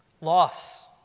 loss